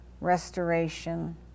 restoration